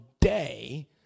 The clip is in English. day